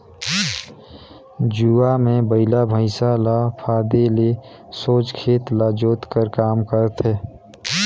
जुवा मे बइला भइसा ल फादे ले सोझ खेत ल जोत कर काम करथे